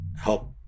help